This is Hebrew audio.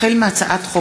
החל בהצעת חוק